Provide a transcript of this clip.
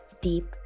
deep